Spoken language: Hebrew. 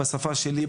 בשפה שלי,